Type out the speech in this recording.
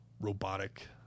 robotic